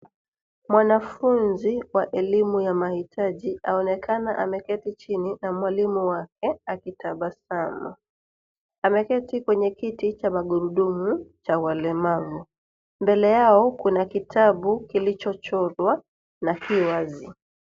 Mwanafunzi wa elimu ya mahitaji aonekana ameketi chini na mwalimu wake akitabasamu. Ameketi kwenye kiti cha magurudumu cha walemavu. Mbele yao kuna kitabu kilichochorwa na ki wazi.